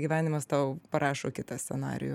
gyvenimas tau parašo kitą scenarijų